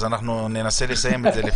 אז אנחנו מנסים לסיים עם זה.